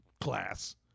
class